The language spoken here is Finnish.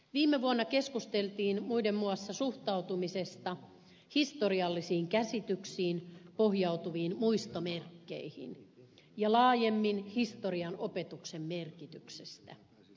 viime vuonna keskusteltiin muiden muassa suhtautumisesta historiallisiin käsityksiin pohjautuviin muistomerkkeihin ja laajemmin historian opetuksen merkityksestä